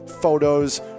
photos